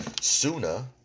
sooner